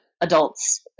adults